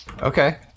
Okay